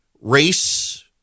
race